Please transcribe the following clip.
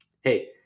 hey